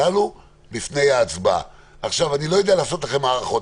אני לא יודע לתת לכם הערכות.